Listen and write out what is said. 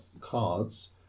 cards